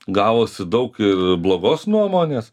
gavosi daug ir blogos nuomonės